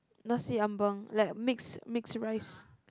nasi-ambeng like mix mix rice